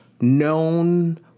known